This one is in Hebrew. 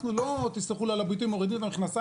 אנחנו לא "מורידים את המכנסיים",